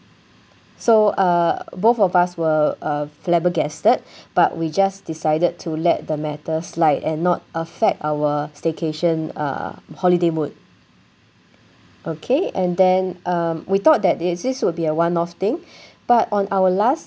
so uh both of us were uh flabbergasted but we just decided to let the matter slide and not affect our staycation uh holiday mood okay and then um we thought that this will be a one-off thing but on our last